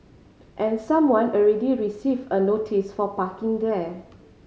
and someone already received a notice for parking there